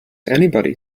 anybody